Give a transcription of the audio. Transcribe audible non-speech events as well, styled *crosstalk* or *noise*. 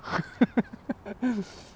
*laughs*